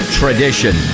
tradition